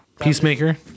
Peacemaker